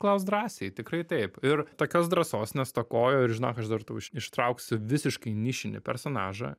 klausk drąsiai tikrai taip ir tokios drąsos nestokojo ir žinok aš dar tau iš ištrauksiu visiškai nišinį personažą